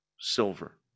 silver